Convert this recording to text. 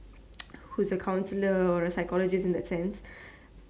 who is a counselor or a physiologist in that sense